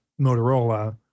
Motorola